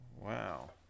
Wow